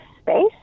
space